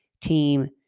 team